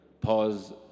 pause